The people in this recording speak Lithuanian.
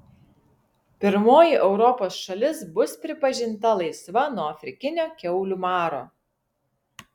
pirmoji europos šalis bus pripažinta laisva nuo afrikinio kiaulių maro